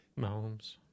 Mahomes